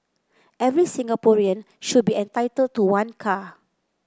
every Singaporean should be entitled to one car